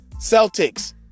Celtics